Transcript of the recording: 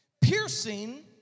piercing